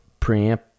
preamp